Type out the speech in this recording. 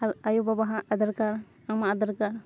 ᱟᱨ ᱟᱭᱳ ᱵᱟᱵᱟᱣᱟᱜ ᱟᱫᱷᱟᱨ ᱠᱟᱨᱰ ᱟᱢᱟᱜ ᱟᱫᱷᱟᱨ ᱠᱟᱨᱰ